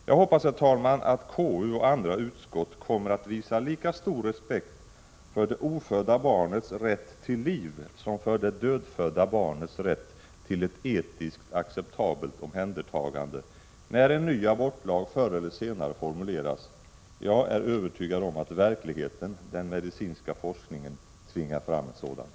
Jag hoppas, herr talman, att KU och andra utskott kommer att visa lika stor respekt för det ofödda barnets rätt till liv som för det dödfödda barnets rätt till ett etiskt acceptabelt omhändertagande när den nya abortlagen förr eller senare formuleras. Jag är övertygad om att verkligheten, den medicinska forskningen, tvingar fram det.